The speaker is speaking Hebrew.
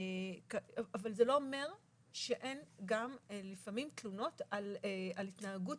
אבל זה לא אומר שאין גם לפעמים תלונות על התנהגות